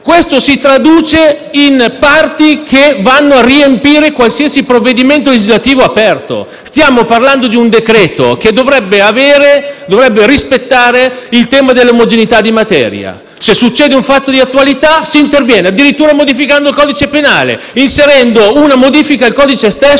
si producono "parti" che vanno a riempire qualsiasi provvedimento legislativo aperto. Stiamo parlando di un decreto-legge che dovrebbe rispettare il requisito dell'omogeneità di materia e se succede un fatto di attualità, si interviene, addirittura modificando il codice penale, inserendo uno modifica al codice stesso